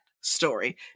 story